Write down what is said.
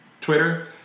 Twitter